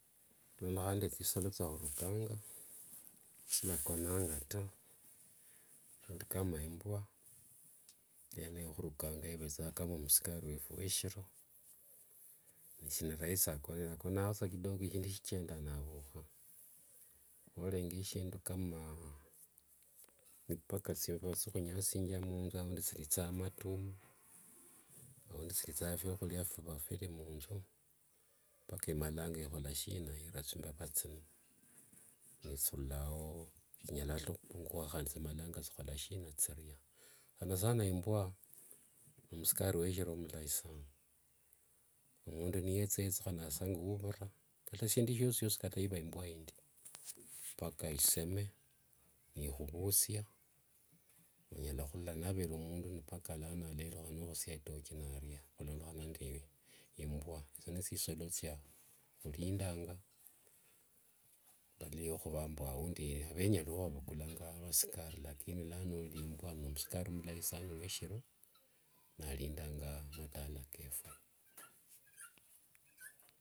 Hulondokhana nde tsisolo tsya hurukanga tsilakonanga ta shindu kama imbwaa yene eyo hurukanga ivetsanga kama msukari wefu weshiro, sini rahisi akone akonangaho sa kidogo eshindu shichenda naavuha. Norenga eshindu kama mipaka estimbeva tsiva tsihunyasingia munzu aundi tsiritsanga amatumwa, aundi tsiritsanga fiahuria fiva firi munzu, ipaka imalanga ihola shina iira tsimbeva tsino nitsirulayo tsinyala ata hupunguha handi tsimalanga tsihola shina tsiria. Sanasana imbwaa ne msukari we shiro mulayi saana, emundu niyetsuhana sa nguuvira kata eshindu shiosishiosi kata iva imbwa indi mpaka iseme niihuvusia onyala hurula navere mundu ni mpaka lano aleruha nohoosia itochi naaria hulondokhana nde imbwaa, etso ni tsisolo tsya hurindanga badala yohuva mbu aundi avenyarirua vavukulanga avasukari, lakini lano imbwaa ne msukari mulayi saana we eshiro naarindanga matala kefu.